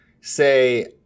say